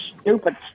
stupid